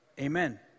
Amen